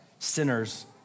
sinners